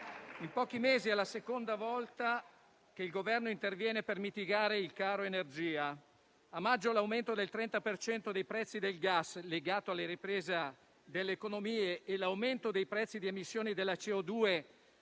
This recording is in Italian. in pochi mesi è la seconda volta che il Governo interviene per mitigare il caro energia. A maggio l'aumento del 30 per cento dei prezzi del gas legato alla ripresa delle economie e l'aumento dei prezzi di emissioni della CO2